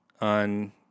on